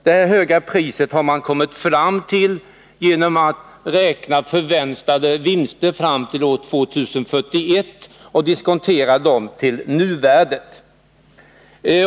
Det höga priset har man kommit fram till genom att beräkna förväntade vinster fram till år 2041 och diskontera dem till nuvärdet.